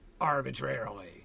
arbitrarily